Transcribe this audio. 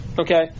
Okay